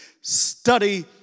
study